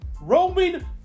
Roman